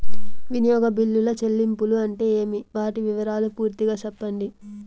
వినియోగ బిల్లుల చెల్లింపులు అంటే ఏమి? వాటి వివరాలు పూర్తిగా సెప్పండి?